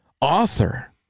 author